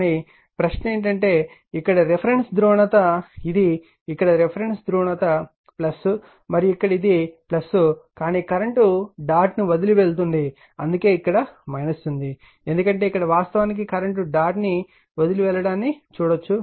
కానీ ప్రశ్న ఏమిటంటే ఇక్కడ రిఫరెన్స్ ధ్రువణత ఇది ఇక్కడ రిఫరెన్స్ ధ్రువణత మరియు ఇక్కడ ఇది కానీ కరెంట్ డాట్ ను వదిలివెళ్తుంది అందుకే ఇక్కడ ఉంది ఎందుకంటే ఇక్కడ వాస్తవానికి కరెంట్ డాట్ ను వదిలి వెళ్ళడానిని చూడవచ్చు